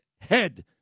head